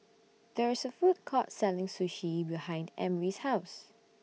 There IS A Food Court Selling Sushi behind Emry's House